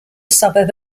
suburb